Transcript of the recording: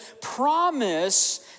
promise